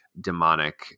demonic